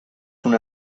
una